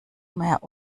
mehr